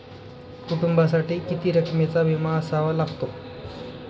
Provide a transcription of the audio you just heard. कुटुंबासाठी किती रकमेचा विमा असावा लागतो?